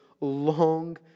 long